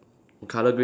colour green